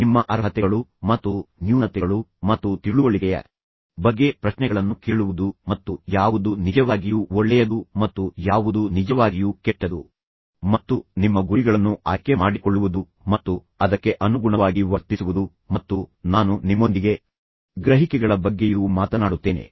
ನಿಮ್ಮ ಅರ್ಹತೆಗಳು ಮತ್ತು ನ್ಯೂನತೆಗಳು ಮತ್ತು ತಿಳುವಳಿಕೆಯ ಬಗ್ಗೆ ಪ್ರಶ್ನೆಗಳನ್ನು ಕೇಳುವುದು ಮತ್ತು ಯಾವುದು ನಿಜವಾಗಿಯೂ ಒಳ್ಳೆಯದು ಮತ್ತು ಯಾವುದು ನಿಜವಾಗಿಯೂ ಕೆಟ್ಟದು ಮತ್ತು ನಿಮ್ಮ ಗುರಿಗಳನ್ನು ಆಯ್ಕೆ ಮಾಡಿಕೊಳ್ಳುವುದು ಮತ್ತು ಅದಕ್ಕೆ ಅನುಗುಣವಾಗಿ ವರ್ತಿಸುವುದು ಮತ್ತು ನಾನು ನಿಮ್ಮೊಂದಿಗೆ ಗ್ರಹಿಕೆಗಳ ಬಗ್ಗೆಯೂ ಮಾತನಾಡುತ್ತೇನೆ